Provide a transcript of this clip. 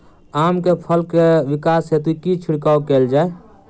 आम केँ फल केँ विकास हेतु की छिड़काव कैल जाए?